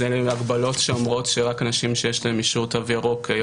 אז אחרי הפתיחה הזאת, אנחנו